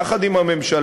יחד עם הממשלה,